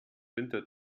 winter